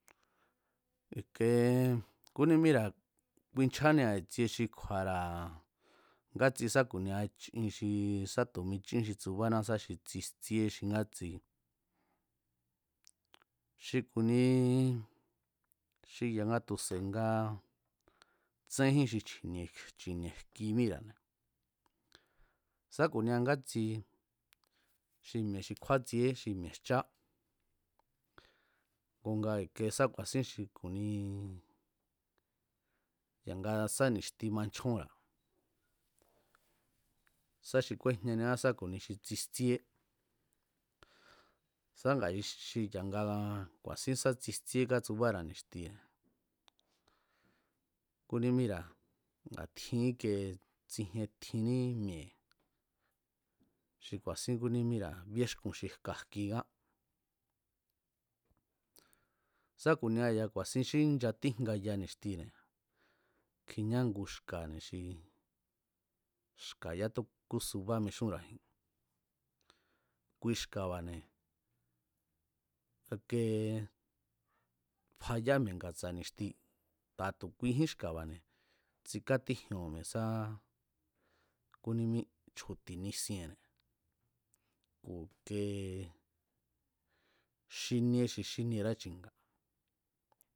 Íke kúnímíra̱ kuinchjánia i̱tsie xi kju̱a̱ra̱ ngátsi sá ku̱nia chin xi sá tu̱ mi chín xi tsubana sá xi chijtsíé xi ngátsi xi ku̱ni xi ya̱nga tu̱se̱ nga tséjín xi chji̱nie̱, chji̱ni̱e̱ jki míra̱ne̱ sá ku̱nia ngátsi xi mi̱e̱ xi kjúátsieé xi mi̱e̱ jchá ku̱ nga i̱ke sá ku̱a̱sín xi ku̱ni ya̱nga sá ni̱xti manchjónra̱ sa xi kúéjñaniá sá ku̱ni xi tsijtsíé, sá xi ya̱nga xi ku̱a̱sín tsijtsíe katsubara̱ xi ni̱xtine̱ kúnímíra̱ a̱ tjin íkee tsijien tjinní mi̱e̱ xi ku̱a̱sín kúnímíra̱ bíexkun xi xka̱ jki ngá sá ku̱nia xi ku̱a̱sin nga nchatíjngaya ni̱xtine̱ kjiñá ngu xka̱ne̱ xi xka̱ yákútúsubá mixúnra̱ji̱n kui xka̱ba̱ne̱ ike fayá mi̱e̱ nga̱tsa̱ ni̱xti tu̱a tu̱ kuijín xka̱ba̱ne̱ tsikátíjioo̱n mi̱e̱ sá kúnímí chju̱ti̱ nisienne̱ ku̱ kee xíníe xi xínierá chi̱nga̱